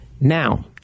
Now